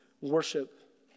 Worship